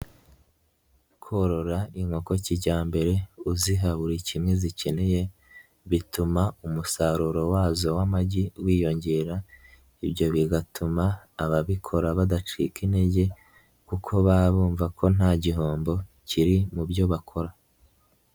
Korora inkoko kijyambere uziha buri kimwe zikeneye bituma umusaruro wazo w'amagi wiyongera, ibyo bigatuma ababikora badacika intege kuko baba bumva ko nta gihombo kiri mu byo bakora.